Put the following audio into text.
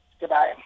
Goodbye